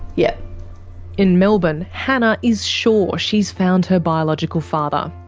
yeah in melbourne, hannah is sure she's found her biological father.